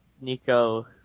Nico